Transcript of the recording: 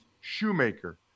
Shoemaker